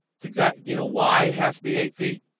it's exactly, you know, why has to be eight feet